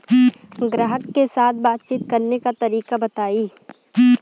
ग्राहक के साथ बातचीत करने का तरीका बताई?